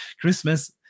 Christmas